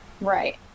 right